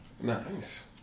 Nice